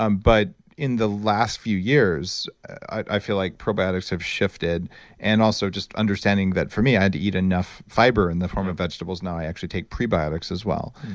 um but in the last few years, i feel like probiotics have shifted and also, just understanding that for me, i had to eat enough fiber in the form of vegetables. now i actually take prebiotics as well.